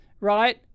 right